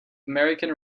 american